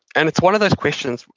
and it's one of those questions.